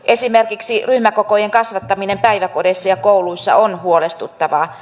esimerkiksi ryhmäkokojen kasvattaminen päiväkodeissa ja kouluissa on huolestuttavaa